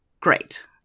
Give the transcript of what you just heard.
Great